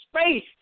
space